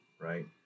right